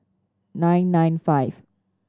nine nine five